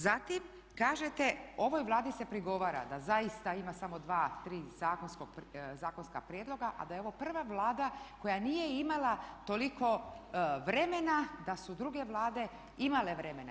Zatim kažete ovoj Vladi se prigovara da zaista ima samo dva, tri zakonska prijedloga, a da je ovo prva Vlada koja nije imala toliko vremena da su druge vremena.